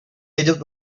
egypt